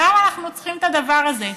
למה אנחנו צריכים את הדבר הזה?